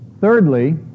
Thirdly